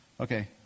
Okay